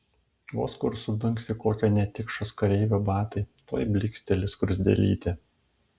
vos kur sudunksi kokio netikšos kareivio batai tuoj blyksteli skruzdėlytė